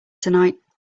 tonight